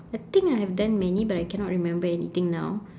I think I have done many but I cannot remember anything now